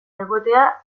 egotea